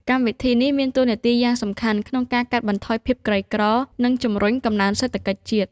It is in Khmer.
កម្មវិធីនេះមានតួនាទីយ៉ាងសំខាន់ក្នុងការកាត់បន្ថយភាពក្រីក្រ និងជំរុញកំណើនសេដ្ឋកិច្ចជាតិ។